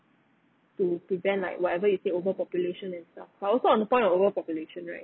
to prevent like whatever you said overpopulation and stuff but also on the point of overpopulation right